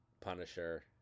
punisher